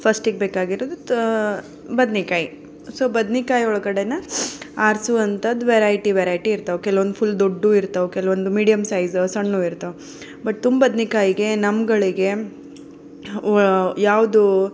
ಫರ್ಸ್ಟಿಗೆ ಬೇಕಾಗಿರೋದು ಬದ್ನೇಕಾಯಿ ಸೊ ಬದ್ನೇಕಾಯಿ ಒಳ್ಗಡೇನೆ ಆರ್ಸುವಂಥದ್ದು ವೆರೈಟಿ ವೆರೈಟಿ ಇರ್ತವೆ ಕೆಲ್ವೊಂದು ಫುಲ್ ದೊಡ್ಡವು ಇರ್ತವೆ ಕೆಲ್ವೊಂದು ಮೀಡಿಯಮ್ ಸೈಸ್ ಸಣ್ಣವು ಇರ್ತವೆ ಬಟ್ ತುಂ ಬದ್ನೇಕಾಯಿಗೆ ನಮ್ಗಳಿಗೆ ಯಾವುದು